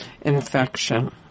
infection